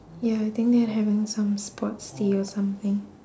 ya I think they're having some sports day or something